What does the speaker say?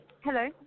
Hello